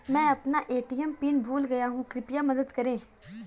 मैं अपना ATM pin भूल गया हूँ, कृपया मदद करें